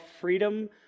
freedom